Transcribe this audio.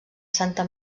santa